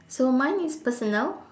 so mine is personal